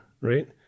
right